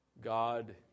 God